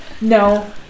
No